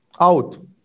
Out